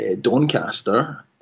Doncaster